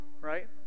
Right